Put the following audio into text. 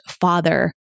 father